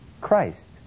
Christ